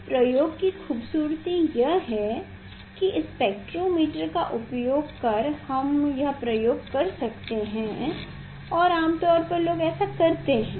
इस प्रयोग की खूबसूरती यह है कि स्पेक्ट्रोमीटर का उपयोग कर हम यह प्रयोग कर सकते हैं और आमतौर पर लोग ऐसा करते हैं